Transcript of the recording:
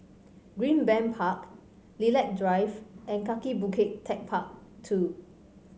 Greenbank Park Lilac Drive and Kaki Bukit TechparK Two